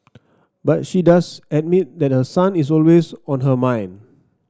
but she does admit that her son is always on her mind